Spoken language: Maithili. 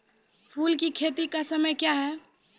फुल की खेती का समय क्या हैं?